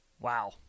wow